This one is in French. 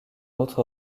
autre